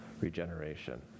regeneration